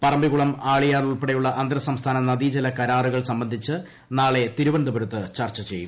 പറമ്പിക്കുളം ആളിയാർ ഉൾപ്പെടെയുള്ള അന്തർ സംസ്ഥാന നദീജല കരാറുകൾ സംബന്ധിച്ച് നാളെ തിരുവനന്തപുരത്ത് ചർച്ച ചെയ്യും